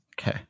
okay